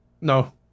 No